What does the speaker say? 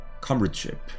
comradeship